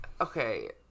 Okay